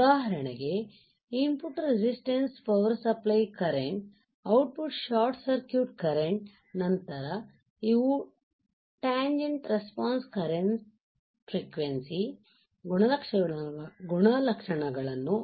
ಉದಾಹರಣೆಗೆ input resistance power supply current output short circuit current output short circuit current ನಂತರ ನಾವು tangent response current frequency ಗುಣಲಕ್ಷಣಗಳನ್ನು